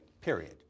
period